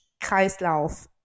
Kreislauf